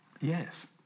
Yes